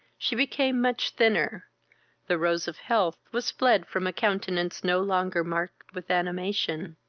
she became much thinner the rose of health was fled from a countenance no longer marked with animation.